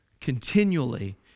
continually